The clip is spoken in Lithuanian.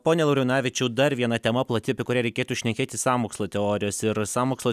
pone laurinavičiau dar viena tema plati apie kurią reikėtų šnekėti sąmokslo teorijos ir sąmokslo